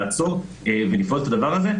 לעצור ולפעול נגד הדבר הזה,